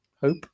Hope